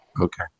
Okay